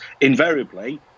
invariably